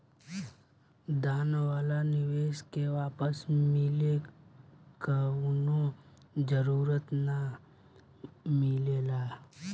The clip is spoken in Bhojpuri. दान वाला निवेश के वापस मिले कवनो जरूरत ना मिलेला